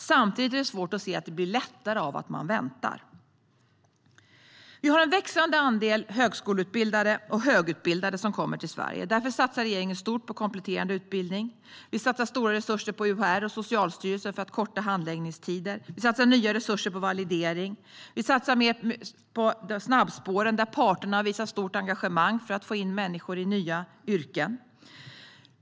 Samtidigt är det svårt att se att det skulle bli lättare om man väntar. Det är en växande andel högskoleutbildade och högutbildade som kommer till Sverige. Därför satsar regeringen stort på kompletterande utbildning. Vi satsar stora resurser på UHR och Socialstyrelsen för att korta handläggstiderna. Vi satsar nya resurser på validering. Vi satsar mer på snabbspåret där parterna visar ett stort engagemang för att få in människor i nya yrken.